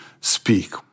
speak